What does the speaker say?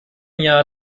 jahr